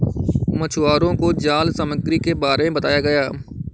मछुवारों को जाल सामग्री के बारे में बताया गया